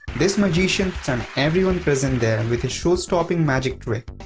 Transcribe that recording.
this magician stunned everyone present there with his show-stopping magic trick.